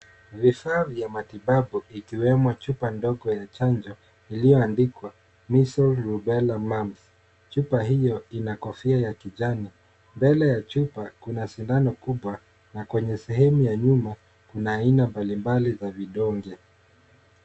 Vifaa vya matibabu, ikiwemo chupa ndogo ya chanjo iliyoandikwa Measle, Rubella, Mumps , chupa hiyo ina kofia ya kijani, mbele ya chupa kuna sindano kubwa, na kwenye sehemu ya nyuma, kuna aina mbalimbali za vidonge.